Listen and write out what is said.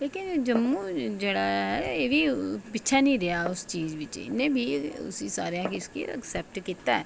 क्योंकी जम्मू जेहड़ा ऐ एह्दी पिच्छै निं रेहा इस चीज बेच उसी सारेंआ गी उसी असैप्ट कीता ऐ